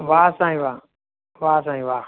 वाह साईं वाह वाह साईं वाह